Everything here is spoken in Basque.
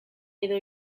edo